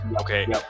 okay